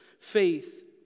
Faith